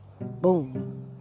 Boom